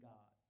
God